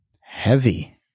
Heavy